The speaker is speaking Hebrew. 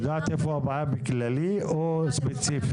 את יודעת איפה הבעיה בכללי או ספציפית?